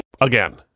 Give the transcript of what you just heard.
Again